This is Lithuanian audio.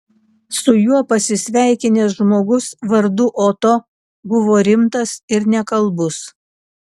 su juo pasisveikinęs žmogus vardu oto buvo rimtas ir nekalbus